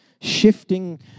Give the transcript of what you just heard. shifting